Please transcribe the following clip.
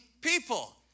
people